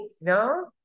no